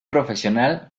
profesional